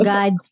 God